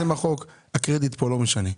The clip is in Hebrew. הקרדיט פה לא משנה.